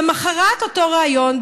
למוחרת אותו ריאיון,